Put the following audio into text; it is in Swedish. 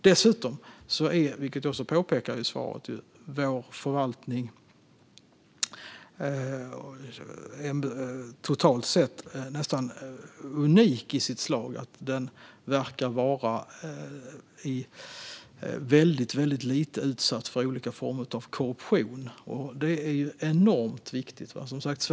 Dessutom är, som jag också påpekar i svaret, vår förvaltning nästan unik i den meningen att den verkar vara väldigt lite utsatt för olika former av korruption. Det är enormt viktigt.